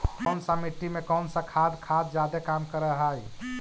कौन सा मिट्टी मे कौन सा खाद खाद जादे काम कर हाइय?